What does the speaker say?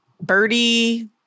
Birdie